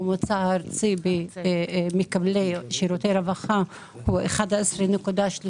הממוצע הארצי של מקבלי שירותי רווחה הוא 11.34%,